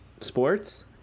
sports